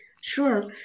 Sure